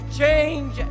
change